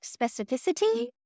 specificity